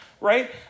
right